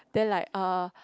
then like uh